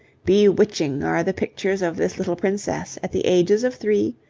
bewitching are the pictures of this little princess at the ages of three,